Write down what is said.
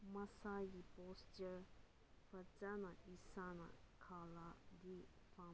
ꯃꯁꯥꯒꯤ ꯄꯣꯁꯆꯔ ꯐꯖꯅ ꯏꯁꯥꯅ ꯈꯔꯗꯤ ꯐꯝꯕ